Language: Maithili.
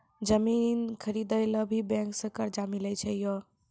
जमीन खरीदे ला भी बैंक से कर्जा मिले छै यो?